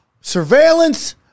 Surveillance